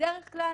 בדרך כלל